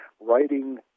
writing